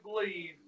believe